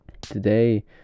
Today